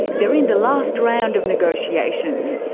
they're in the last round of negotiations.